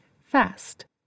Fast